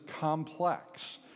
complex